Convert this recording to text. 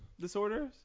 disorders